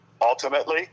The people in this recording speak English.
Ultimately